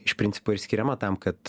iš principo ir skiriama tam kad